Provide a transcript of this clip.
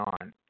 on